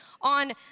on